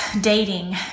dating